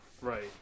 Right